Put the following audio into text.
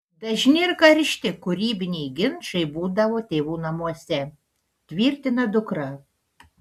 dažni ir karšti kūrybiniai ginčai būdavo tėvų namuose tvirtina dukra